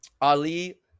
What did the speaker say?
ali